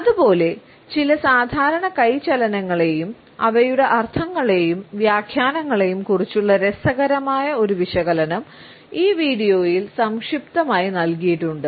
അതുപോലെ ചില സാധാരണ കൈ ചലനങ്ങളെയും അവയുടെ അർത്ഥങ്ങളെയും വ്യാഖ്യാനങ്ങളെയും കുറിച്ചുള്ള രസകരമായ ഒരു വിശകലനം ഈ വീഡിയോയിൽ സംക്ഷിപ്തമായി നൽകിയിട്ടുണ്ട്